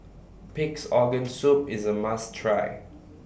Pig'S Organ Soup IS A must Try